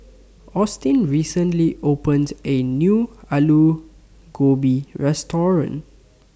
Austin recently opened A New Alu Gobi Restaurant